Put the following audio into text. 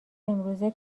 امروزی